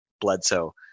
Bledsoe